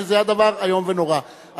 שזה דבר איום ונורא.